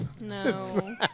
No